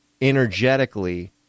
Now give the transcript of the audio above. energetically